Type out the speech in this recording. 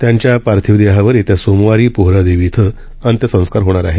त्यांच्या पार्थीव देहावर येत्या सोमवारी पोहरादेवी क्वि अंत्यसंस्कार होणार आहेत